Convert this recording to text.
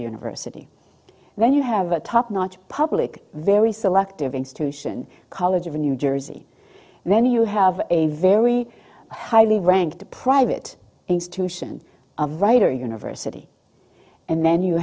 university when you have a top notch public very selective institution college of new jersey and then you have a very highly ranked private institution writer university and then you